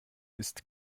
ist